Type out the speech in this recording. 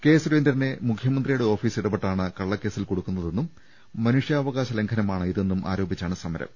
K സുരേന്ദ്രനെ മുഖ്യമന്ത്രിയുടെ office ഇടപെട്ടാണ് കള്ളക്കേസിൽ കുടുക്കുന്നതെന്നും മനുഷ്യാവകാശ ലംഘനമാണ് ഇതെന്നും ആരോപിച്ചാണ് സമരം